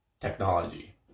technology